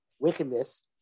wickedness